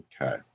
Okay